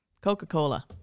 Coca-Cola